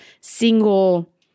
single